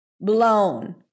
blown